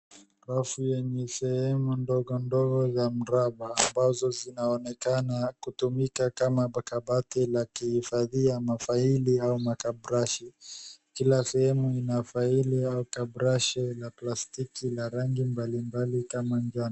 Rafu yenye sehemu ndogo ndogo za mramba, ambazo zinaonekana kutumika kama kabati la kuhifadhia mafaili au makaprashi, kila sehemu ina faili au kataprashi ya plastiki na rangi mabali mbali kama njano.